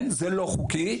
זה לא חוקי.